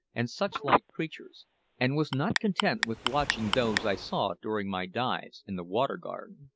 and such-like creatures and was not content with watching those i saw during my dives in the water garden,